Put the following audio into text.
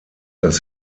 das